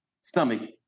stomach